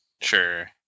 Sure